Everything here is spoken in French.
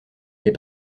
les